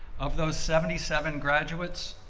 of those seventy seven graduates,